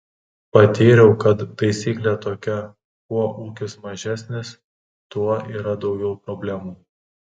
patyriau kad taisyklė tokia kuo ūkis mažesnis tuo yra daugiau problemų